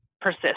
persist